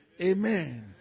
Amen